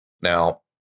Now